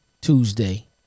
Tuesday